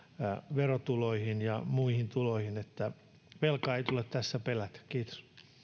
verotuloihin ja muihin tuloihin että velkaa ei tule tässä pelätä kiitos